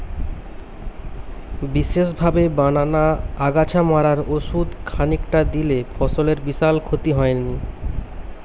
বিশেষভাবে বানানা আগাছা মারার ওষুধ খানিকটা দিলে ফসলের বিশাল ক্ষতি হয়নি